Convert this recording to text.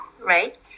right